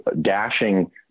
dashing